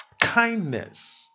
kindness